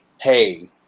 hey